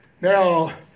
Now